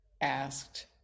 asked